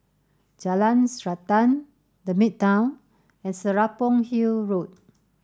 Jalan Srantan The Midtown and Serapong Hill Road